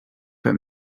that